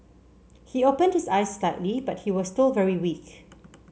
he opened his eyes slightly but he was still very weak